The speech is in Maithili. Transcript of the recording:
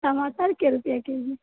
टमाटर कए रुपैआ केजी